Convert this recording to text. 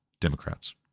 Democrats